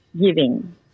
giving